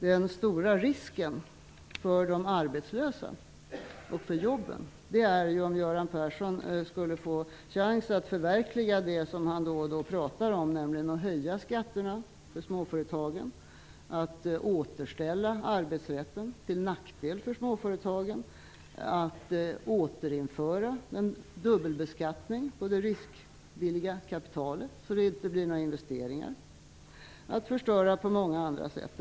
Den stora risken för de arbetslösa och för jobben är att Göran Persson skulle få chans att förverkliga det som han då och då pratar om, nämligen att höja skatterna för småföretagen, återställa arbetsrätten till nackdel för småföretagen, återinföra en dubbelbeskattning på det riskvilliga kapitalet så att det inte görs några investeringar och förstöra på många andra sätt.